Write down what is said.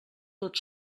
tot